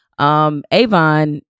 Avon